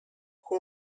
who